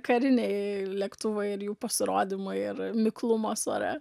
kariniai lėktuvai ir jų pasirodymai ir miklumas ore